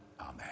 Amen